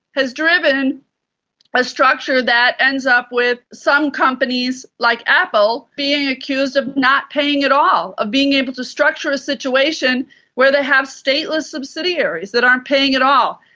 has driven a structure that ends up with some companies like apple being accused of not paying at all, of being able to structure a situation where they have stateless subsidiaries that aren't paying at all.